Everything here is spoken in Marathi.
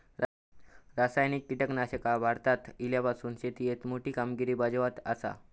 रासायनिक कीटकनाशका भारतात इल्यापासून शेतीएत मोठी कामगिरी बजावत आसा